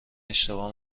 اشتباه